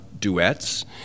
duets